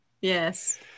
Yes